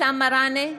אבתיסאם מראענה,